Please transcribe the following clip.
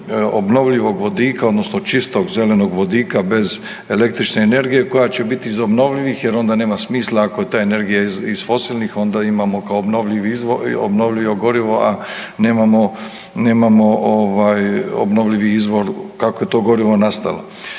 obnovljivog vodika odnosno čistog zelenog vodika bez električne energije, koja će biti iz obnovljivih, jer onda nema smisla ako je ta energija iz fosilnih onda imamo kao obnovljivo gorivo, a nemamo obnovljivi izvor kako je to gorivo nastalo.